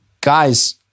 guys